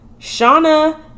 shauna